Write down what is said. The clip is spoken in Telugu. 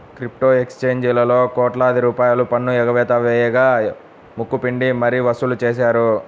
క్రిప్టో ఎక్స్చేంజీలలో కోట్లాది రూపాయల పన్ను ఎగవేత వేయగా ముక్కు పిండి మరీ వసూలు చేశారు